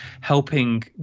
helping